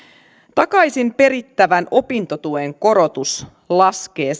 takaisinperittävän opintotuen korotus laskee